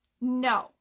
no